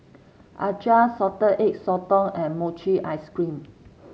Acar Salted Egg Sotong and Mochi Ice Cream